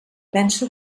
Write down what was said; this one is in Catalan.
penso